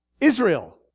Israel